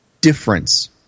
difference